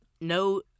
no